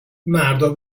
مردا